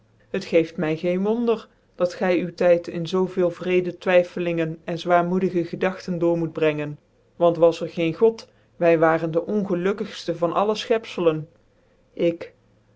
het geeft my geen wonder dat gy u tijd in zoo veel wreede twijfelingen en zwaarmoedige gedngtcn door moet brengen want was cr geen god wy waren dc ongelukkigfte van alle fchepfelen ik